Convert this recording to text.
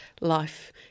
life